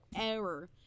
error